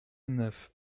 neuf